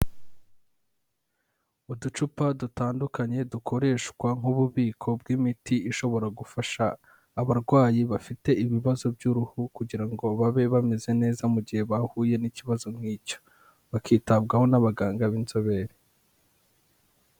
Uducupa dutandukanye dukoreshwa nk'ububiko bw'imiti ishobora gufasha abarwayi bafite ibibazo by'uruhu kugira ngo babe bameze neza, mu gihe bahuye n'ikibazo nk'icyo bakitabwaho n'abaganga b'inzobere.